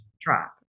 drop